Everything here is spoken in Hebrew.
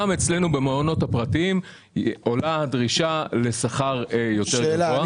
גם אצלנו במעונות הפרטיים עולה הדרישה לשכר יותר גבוה.